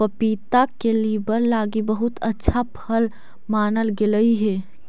पपीता के लीवर लागी बहुत अच्छा फल मानल गेलई हे